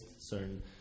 certain